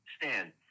stand